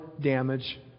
damage